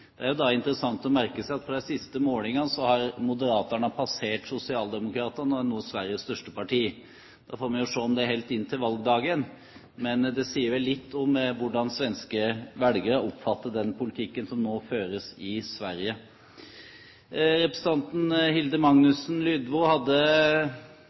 Det er jo da interessant å merke seg at på de siste målingene har Moderaterna passert Sosialdemokraterna og er nå Sveriges største parti. Vi får jo se om det holder inn til valgdagen, men det sier vel litt om hvordan svenske velgere oppfatter den politikken som nå føres i Sverige. Representanten Hilde